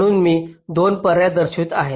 म्हणून मी 2 पर्याय दर्शवित आहे